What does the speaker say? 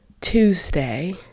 Tuesday